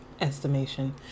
estimation